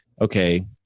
okay